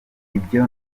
ibyo